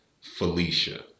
felicia